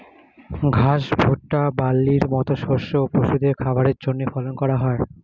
ঘাস, ভুট্টা, বার্লির মত শস্য পশুদের খাবারের জন্যে ফলন করা হয়